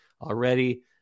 already